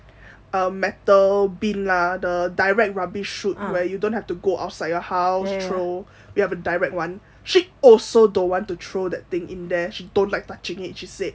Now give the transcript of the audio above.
metal bin the direct rubbish chute where you don't have to go outside your house throw you have a direct one she also don't want to throw that thing in there she don't like touching it she said